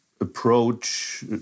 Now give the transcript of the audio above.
approach